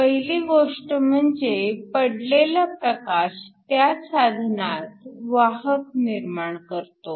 पहिली गोष्ट म्हणजे पडलेला प्रकाश त्या साधनात वाहक निर्माण करतो